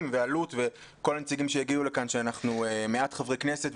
ואלו"ט וכל הנציגים שהגיעו לכאן על כך שאנחנו מעט חברי כנסת.